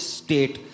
state